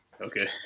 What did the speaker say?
Okay